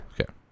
Okay